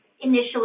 initially